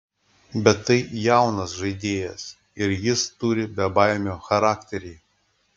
bet tai jaunas žaidėjas ir jis turi bebaimio charakterį